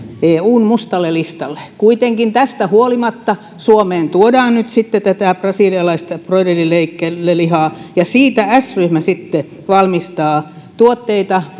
eun mustalle listalle kuitenkin tästä huolimatta suomeen tuodaan nyt sitten tätä brasilialaista broilerileikkelelihaa ja siitä s ryhmä sitten valmistaa tuotteita